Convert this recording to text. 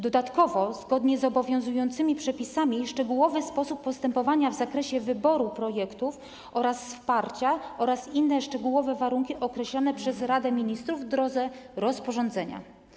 Dodatkowo, zgodnie z obowiązującymi przepisami, szczegółowy sposób postępowania w zakresie wyboru projektów oraz wsparcia oraz inne szczegółowe warunki są określone przez Radę Ministrów w drodze rozporządzenia.